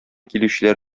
килүчеләр